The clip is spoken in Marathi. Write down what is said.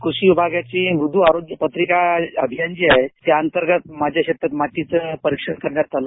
कृषी विभागातील मुद आरोग्य पत्रिका अभियान जे आहे त्या अंतर्गत माझ्या शेतात मातीचे परीक्षण करण्यात आलं